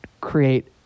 create